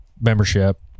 membership